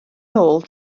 nôl